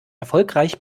erfolgreich